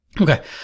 Okay